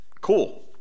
Cool